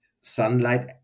sunlight